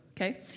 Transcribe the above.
okay